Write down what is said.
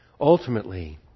ultimately